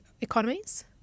economies